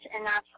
enough